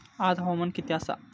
आज हवामान किती आसा?